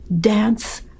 dance